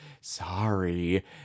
sorry